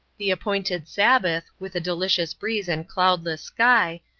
the appointed sabbath, with a delicious breeze and cloudless sky,